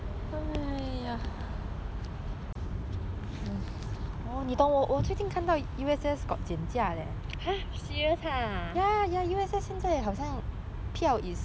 !huh! serious !huh!